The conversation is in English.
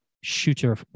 Shooter